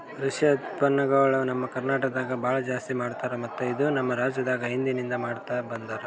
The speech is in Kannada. ರೇಷ್ಮೆ ಉತ್ಪನ್ನಗೊಳ್ ನಮ್ ಕರ್ನಟಕದಾಗ್ ಭಾಳ ಜಾಸ್ತಿ ಮಾಡ್ತಾರ ಮತ್ತ ಇದು ನಮ್ ರಾಜ್ಯದಾಗ್ ಹಿಂದಿನಿಂದ ಮಾಡ್ತಾ ಬಂದಾರ್